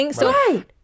Right